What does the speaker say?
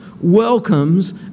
welcomes